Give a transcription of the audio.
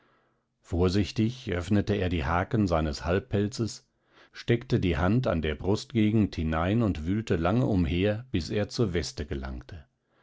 vorsichtig öffnete er die haken seines halbpelzes steckte die hand an der brustgegend hinein und wühlte lange umher bis er zur weste gelangte